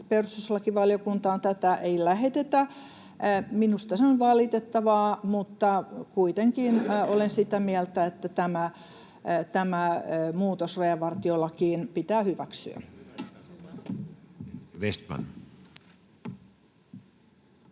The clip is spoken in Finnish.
perustuslakivaliokuntaan tätä ei lähetetä. Minusta se on valitettavaa, mutta kuitenkin olen sitä mieltä, että tämä muutos rajavartiolakiin pitää hyväksyä. [Mika